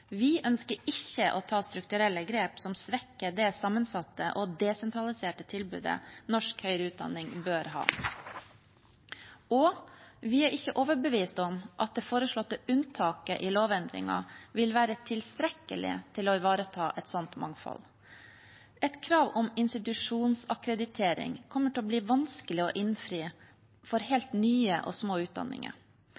Vi ønsker ikke å ta strukturelle grep som svekker det sammensatte og desentraliserte tilbudet norsk høyere utdanning bør ha, og vi er ikke overbevist om at det foreslåtte unntaket i lovendringen vil være tilstrekkelig til å ivareta et sånt mangfold. Et krav om institusjonsakkreditering kommer til å bli vanskelig å innfri for